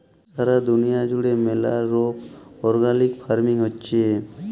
সারা দুলিয়া জুড়ে ম্যালা রোক অর্গ্যালিক ফার্মিং হচ্যে